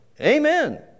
Amen